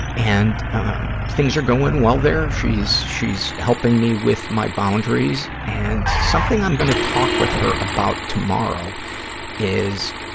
and things are going well there. she's she's helping me with my boundaries, and something i'm going to talk with her about tomorrow is,